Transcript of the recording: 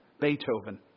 Beethoven